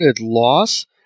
loss